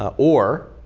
ah or